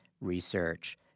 research